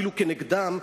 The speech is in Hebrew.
אפילו כנגדם,